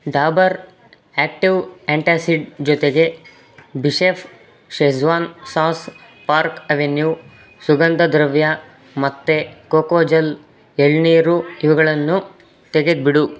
Dabur active antacid ಜೊತೆಗೆ ಬಿಷೆಫ್ Schezwan sauce Park Avenue ಸುಗಂಧ ದ್ರವ್ಯ ಮತ್ತು ಕೋಕೋಜಲ್ ಎಳನೀರು ಇವುಗಳನ್ನು ತೆಗೆದುಬಿಡು